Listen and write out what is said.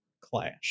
clash